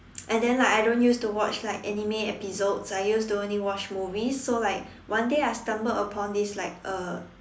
and then like I don't used to watch like anime episodes I used to only watch movies so like one day I stumbled upon this like uh